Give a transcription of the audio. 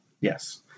Yes